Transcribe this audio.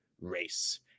race